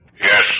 Yes